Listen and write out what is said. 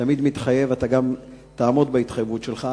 תמיד מתחייב, אתה גם תעמוד בהתחייבות שלך.